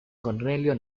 cornelio